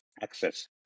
access